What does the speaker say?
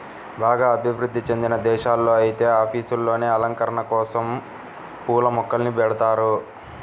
బాగా అభివృధ్ధి చెందిన దేశాల్లో ఐతే ఆఫీసుల్లోనే అలంకరణల కోసరం పూల మొక్కల్ని బెడతన్నారు